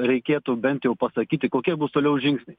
reikėtų bent jau pasakyti kokie bus toliau žingsnį